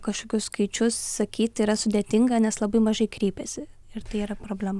kažkokius skaičius sakyti yra sudėtinga nes labai mažai kreipiasi ir tai yra problema